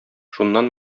шуннан